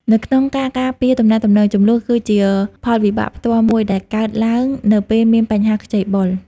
នៅក្នុងការការពារទំនាក់ទំនង ជម្លោះគឺជាផលវិបាកផ្ទាល់មួយដែលកើតឡើងនៅពេលមានបញ្ហាខ្ចីបុល។